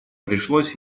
пришлось